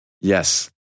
Yes